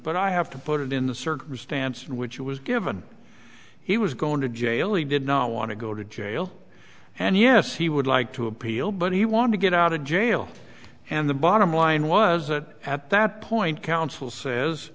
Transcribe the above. but i have to put it in the circumstance in which it was given he was going to jail he did not want to go to jail and yes he would like to appeal but he wanted to get out of jail and the bottom line was that at that point counsel says